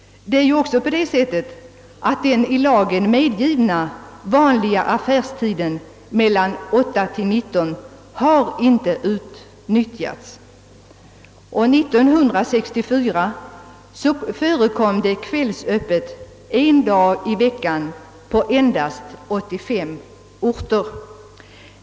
Den i lagen nu medgivna affärstiden mellan 8 och 19 har inte utnyttjats fullt. År 1964 förekom kvällsöppet en dag i veckan endast på 85 orter.